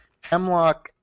hemlock